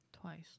twice